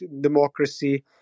democracy